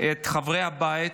את חברי הבית.